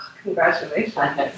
Congratulations